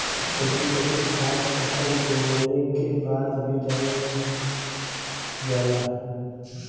कभी कभी खाद फसल बोवले के बाद भी डालल जाला